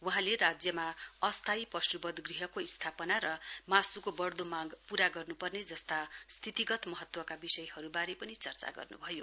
वहाँले राज्यमा अस्थायी पशुवध गृहको स्थापना र मासुको बढ़दो माग पूरा गर्न पर्ने जस्ता सिथ्तिगत महत्वका विषयहरूबारे पनि चर्चा गर्नुभयो